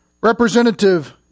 Representative